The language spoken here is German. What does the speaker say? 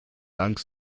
angst